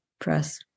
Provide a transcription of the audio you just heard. Press